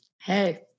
Hey